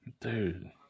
dude